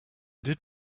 did